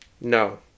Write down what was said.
No